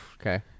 Okay